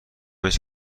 هیچ